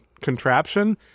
contraption